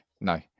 no